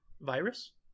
Virus